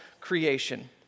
creation